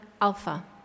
alpha